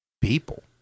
people